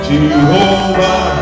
Jehovah